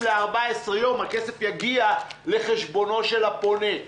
ל-14 ימים הכסף יגיע לחשבונו של הפונה.